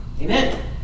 Amen